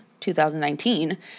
2019